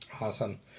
Awesome